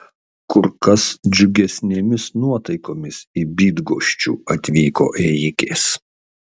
kur kas džiugesnėmis nuotaikomis į bydgoščių atvyko ėjikės